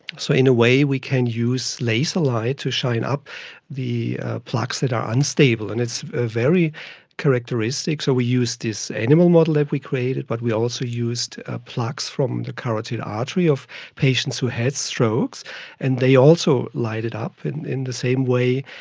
so in a way we can use laser light to shine up the plaques that are unstable, and it's ah very characteristic. so we used this animal model that we created but we also used ah plaques from the carotid artery of patients who had strokes and they also lit up in in the same way.